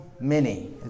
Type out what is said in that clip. Mini